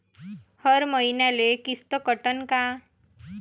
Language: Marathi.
हर मईन्याले किस्त कटन का?